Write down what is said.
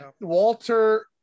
Walter